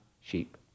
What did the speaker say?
sheep